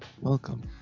welcome